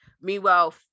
meanwhile